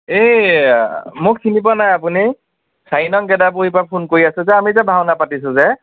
এই মোক চিনিপোৱা নাই আপুনি চাৰি নং গেদাপুৰীৰপৰা ফোন কৰি আছো যে আমি যে ভাওনা পাতিছো যে